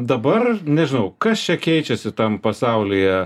dabar nežinau kas čia keičiasi tam pasaulyje